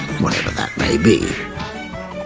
whatever that may be.